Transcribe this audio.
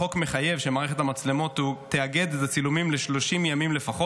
החוק מחייב שמערכת המצלמות תאגור את הצילומים ל-30 ימים לפחות.